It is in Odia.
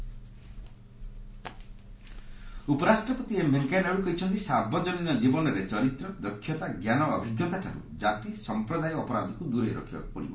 ଭିପି ଦୀନଦୟାଲ୍ ନାଇଡୁ ଉପରାଷ୍ଟ୍ରପତି ଏମ୍ ଭେଙ୍କେୟାନାଇଡୁ କହିଛନ୍ତି ସାର୍ବଜନୀନ ଜୀବନରେ ଚରିତ୍ର ଦକ୍ଷତା ଜ୍ଞାନ ଓ ଅଭିଜ୍ଞତାଠାରୁ କାତି ସମ୍ପ୍ରଦାୟ ଓ ଅପରାଧକୁ ଦୂରେଇ ରଖିବାକୁ ପଡିବ